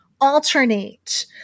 alternate